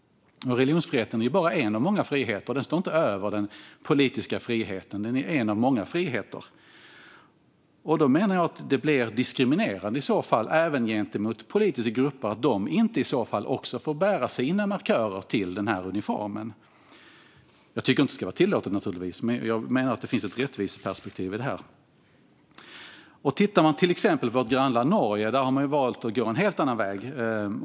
Religionsfriheten är bara en av många friheter. Den står inte över den politiska friheten, utan den är en av många friheter. Därför menar jag att det blir diskriminerande även gentemot politiska grupper när de inte också får bära sina markörer till uniformen. Jag tycker naturligtvis inte att det ska vara tillåtet, men jag menar att det finns ett rättviseperspektiv i detta. I vårt grannland Norge, till exempel, har man valt att gå en helt annan väg.